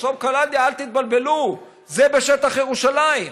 מחסום קלנדיה, אל תתבלבלו, זה בשטח ירושלים.